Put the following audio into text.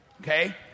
Okay